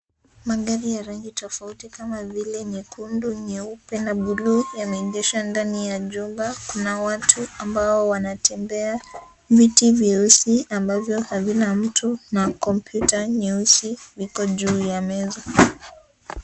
Magari ya rangi tofauti kama vile nyekundu, nyeupe na buluu, yameegeshwa ndani ya jumba. Kuna watu ambao wanatembea. Viti vyeusi ambavyo havina mtu na komputa nyeusi iliyo juu ya meza.